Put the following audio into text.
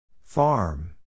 Farm